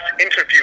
interview